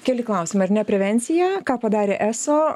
keli klausimai ar ne prevencija ką padarė eso